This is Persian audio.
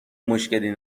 مشکلی